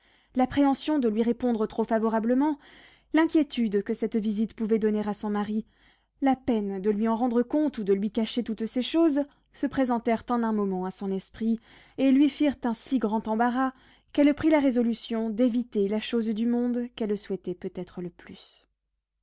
l'appréhension de lui répondre trop favorablement l'inquiétude que cette visite pouvait donner à son mari la peine de lui en rendre compte ou de lui cacher toutes ces choses se présentèrent en un moment à son esprit et lui firent un si grand embarras qu'elle prit la résolution d'éviter la chose du monde qu'elle souhaitait peut-être le plus